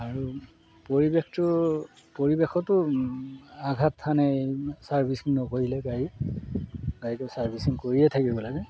আৰু পৰিৱেশটো পৰিৱেশতো আঘাত সানে ছাৰ্ভিচিং নকৰিলে গাড়ী গাড়ীটো চাৰ্ভিচিং কৰিয়ে থাকিব লাগে